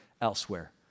elsewhere